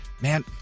Man